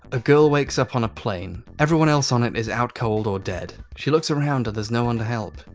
a girl wakes up on a plane, everyone else on it is out cold or dead she looks around her there's no one to help.